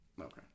Okay